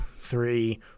three